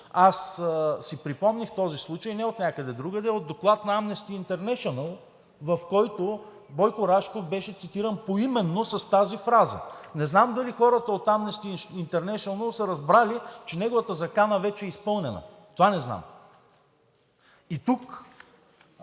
Аз си припомних този случай не отнякъде другаде, а от доклад на Амнести Интернешънъл, в който Бойко Рашков беше цитиран поименно с тази фраза. Не знам дали хората от Амнести Интернешънъл са разбрали, че неговата закана вече е изпълнена. Това не знам. И тук